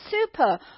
super